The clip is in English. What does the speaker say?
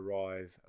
arrive